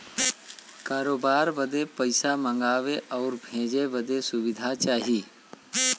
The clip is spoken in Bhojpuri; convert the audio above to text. करोबार बदे पइसा मंगावे आउर भेजे बदे सुविधा चाही